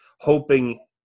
hoping